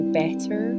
better